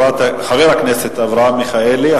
חבר הכנסת אברהם מיכאלי.